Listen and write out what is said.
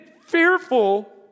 fearful